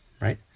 right